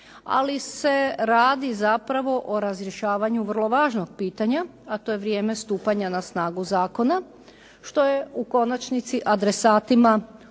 ali se radi zapravo o razrješavanju vrlo važnog pitanja, a to je vrijeme stupanja na snagu zakona, što je u konačnici adresatima uvijek